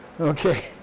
Okay